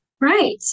Right